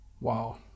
Wow